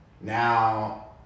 now